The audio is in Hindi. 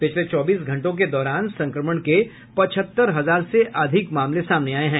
पिछले चौबीस घंटों के दौरान संक्रमण के पचहत्तर हजार से अधिक मामले सामने आये हैं